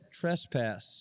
trespass